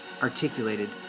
articulated